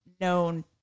known